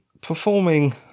performing